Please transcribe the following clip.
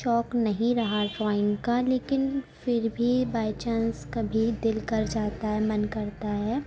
شوق نہیں رہا ڈرائنگ کا لیکن پھر بھی بائی چانس کبھی دل کر جاتا ہے من کرتا ہے